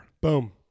Boom